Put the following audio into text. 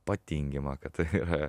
patingima kad tai yra